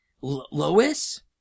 Lois